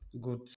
good